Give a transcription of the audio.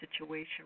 situation